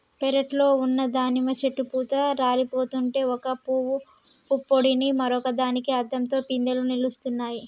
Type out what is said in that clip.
పెరట్లో ఉన్న దానిమ్మ చెట్టు పూత రాలిపోతుంటే ఒక పూవు పుప్పొడిని మరొక దానికి అద్దంతో పిందెలు నిలుస్తున్నాయి